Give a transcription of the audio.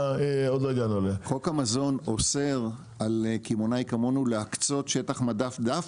חוק המזון אוסר על קמעונאי כמונו להקצות שטח מדף דווקא,